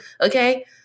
okay